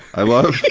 i love the,